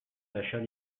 d’achat